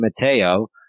Mateo